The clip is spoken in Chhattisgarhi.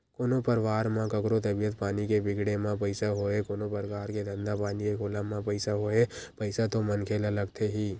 कोनो परवार म कखरो तबीयत पानी के बिगड़े म पइसा होय कोनो परकार के धंधा पानी के खोलब म पइसा होय पइसा तो मनखे ल लगथे ही